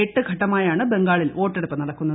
എട്ട് ഘട്ടമായാണ് ബംഗാളിൽ വോട്ടെടുപ്പ് നടക്കുന്നത്